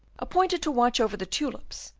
appointed to watch over the tulips,